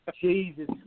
jesus